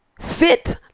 fit